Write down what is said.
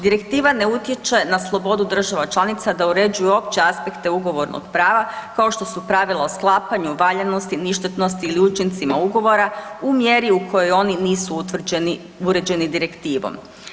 Direktiva ne utječe na slobodu država članica da uređuje opće aspekte ugovornog prava kao što su pravila o sklapanju, valjanosti, ništetnosti ili učincima ugovora u mjeri u kojoj oni nisu utvrđeni, uređeni Direktivom.